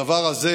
הדבר הזה,